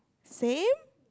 same